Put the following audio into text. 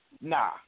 Nah